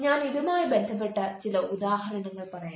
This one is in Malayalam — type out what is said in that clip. ഞാൻ ഇതുമായി ബന്ധപ്പെട്ട ചില ഉദാഹരണങ്ങൾ പറയാം